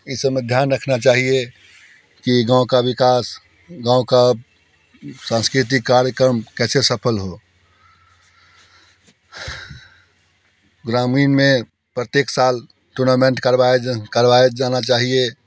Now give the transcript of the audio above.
इस समय ध्यान रखना चाहिए कि गाँव का विकास गाँव का सांस्कृतिक कार्यक्रम कैसे सफल हो ग्रामीण में प्रत्येक साल टूर्नामेंट करवाया करवाया जाना चाहिए